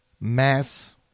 Mass